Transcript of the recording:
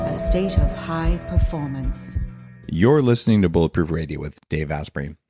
ah state of high performance you're listening to bulletproof radio with dave asprey.